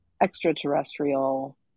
extraterrestrial